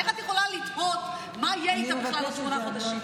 איך את יכולה לתהות מה יהיה איתה בכלל בעוד שמונה חודשים?